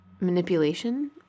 manipulation